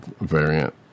variant